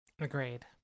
Agreed